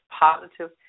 positive